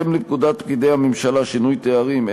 בהתאם לפקודת פקידי הממשלה (שינוי תארים),